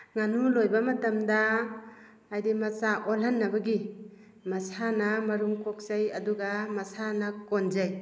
ꯉꯅꯨ ꯂꯣꯏꯕ ꯃꯇꯝꯗ ꯍꯥꯏꯗꯤ ꯃꯆꯥ ꯑꯣꯜꯍꯟꯅꯕꯒꯤ ꯃꯁꯥꯅ ꯃꯔꯨꯝ ꯀꯣꯛꯆꯩ ꯑꯗꯨꯒ ꯃꯁꯥꯅ ꯀꯣꯟꯖꯩ